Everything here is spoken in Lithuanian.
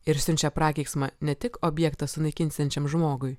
ir siunčia prakeiksmą ne tik objektą sunaikinsiančiam žmogui